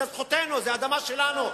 זאת זכותנו, זאת אדמה שלנו.